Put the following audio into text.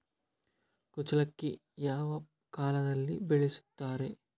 ಕುಚ್ಚಲಕ್ಕಿ ಯಾವ ಕಾಲದಲ್ಲಿ ಬೆಳೆಸುತ್ತಾರೆ?